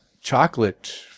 chocolate